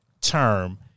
term